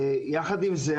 יחד עם זה,